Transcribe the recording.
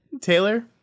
Taylor